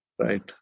Right